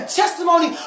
testimony